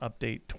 update